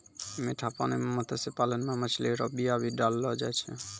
मीठा पानी मे मत्स्य पालन मे मछली रो बीया भी डाललो जाय छै